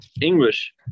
English